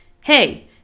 Hey